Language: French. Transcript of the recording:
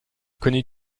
connais